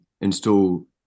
install